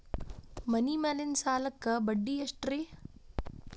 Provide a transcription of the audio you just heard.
ಮನಿ ಮೇಲಿನ ಸಾಲಕ್ಕ ಬಡ್ಡಿ ಎಷ್ಟ್ರಿ?